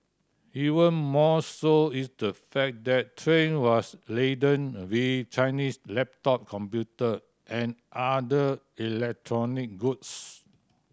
even more so is the fact that train was laden with Chinese laptop computer and other electronic goods